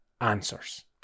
answers